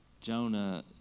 Jonah